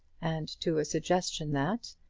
and to a suggestion that,